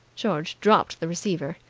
george dropped the receiver.